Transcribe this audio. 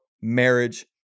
marriage